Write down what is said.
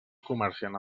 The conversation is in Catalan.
comerciant